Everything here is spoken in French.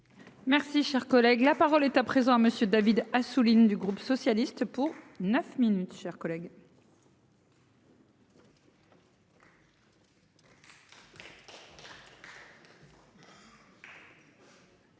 Merci, cher collègue, la parole est à présent à monsieur David Assouline du groupe socialiste pour 9 minutes,